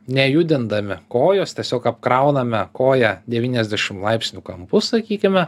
nejudindami kojos tiesiog apkrauname koją devyniasdešim laipsnių kampu sakykime